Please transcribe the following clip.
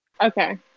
Okay